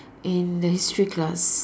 in the history class